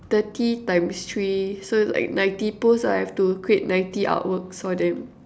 thirty times three so like ninety posts lah I have to create ninety artworks for them